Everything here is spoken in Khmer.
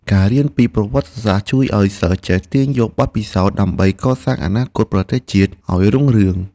ការរៀនពីប្រវត្តិសាស្ត្រជួយឱ្យសិស្សចេះទាញយកបទពិសោធន៍ដើម្បីកសាងអនាគតប្រទេសជាតិឱ្យរុងរឿង។